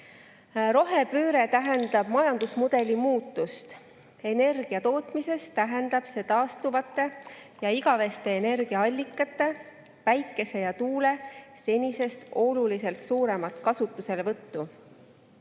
tähendab majandusmudeli muutust. Energiatootmises tähendab see taastuvate ja igaveste energiaallikate, päikese ja tuule senisest oluliselt suuremat kasutuselevõttu,